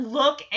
look